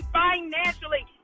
financially